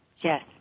Yes